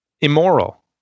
immoral